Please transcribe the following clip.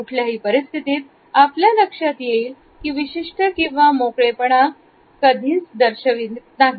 कुठल्याही परिस्थितीत आपल्या लक्षात येईल की ही विशिष्ट क्रिया मोकळेपणा कधीच दर्शवत नाही